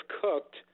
cooked